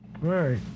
Right